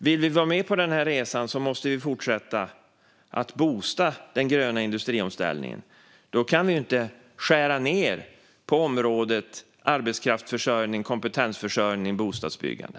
Vill vi vara med på den resan måste vi fortsätta att boosta den gröna industriomställningen. Då kan vi inte skära ned på området arbetskraftsförsörjning, kompetensförsörjning och bostadsbyggande.